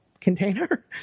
container